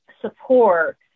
support